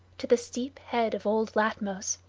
to the steep head of old latmos,